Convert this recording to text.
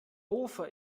hofer